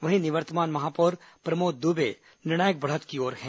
वहीं निवर्तमान महापौर प्रमोद दुबे निर्णायक बढ़त की ओर है